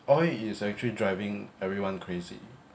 oil is actually driving everyone crazy